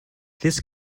this